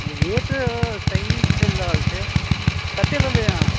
rate सही चलि रहल छै कतेक लेबै अहाँ